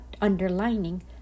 underlining